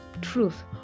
truth